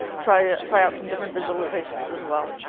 try ah try out some different visualizations as well.